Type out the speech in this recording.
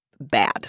bad